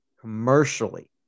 commercially